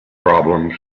problems